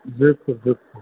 बिल्कुलु बिल्कुलु